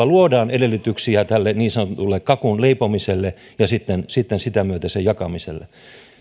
luodaan edellytyksiä tälle niin sanotulle kakun leipomiselle ja sitten sitten sen myötä sen jakamiselle